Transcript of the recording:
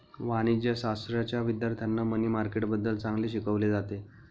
वाणिज्यशाश्राच्या विद्यार्थ्यांना मनी मार्केटबद्दल चांगले शिकवले जाते